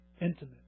intimate